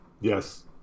Yes